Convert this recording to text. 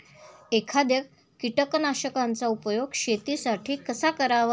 एखाद्या कीटकनाशकांचा उपयोग शेतीसाठी कसा करावा?